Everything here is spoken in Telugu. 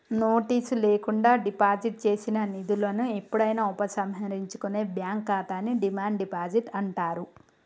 నోటీసు లేకుండా డిపాజిట్ చేసిన నిధులను ఎప్పుడైనా ఉపసంహరించుకునే బ్యాంక్ ఖాతాని డిమాండ్ డిపాజిట్ అంటారు